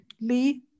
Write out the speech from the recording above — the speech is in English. Lee